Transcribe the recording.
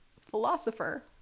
philosopher